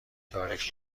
تاریخ